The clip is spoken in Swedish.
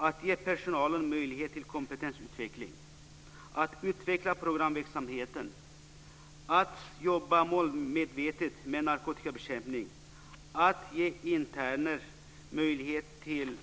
Man kan ge personalen möjligheter till kompetensutveckling, utveckla programverksamheten, jobba målmedvetet med narkotikabekämpning, ge interner möjlighet till